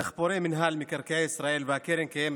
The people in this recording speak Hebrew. דחפורי מינהל מקרקעי ישראל והקרן הקיימת,